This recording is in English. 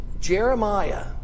Jeremiah